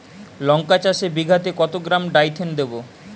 লঙ্কা চাষে বিঘাতে কত গ্রাম ডাইথেন দেবো?